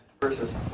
Versus